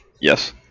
Yes